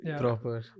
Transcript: Proper